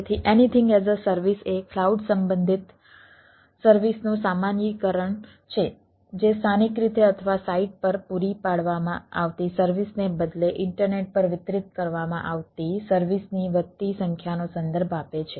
તેથી anything as a service પર વિતરિત કરવામાં આવતી સર્વિસની વધતી સંખ્યાનો સંદર્ભ આપે છે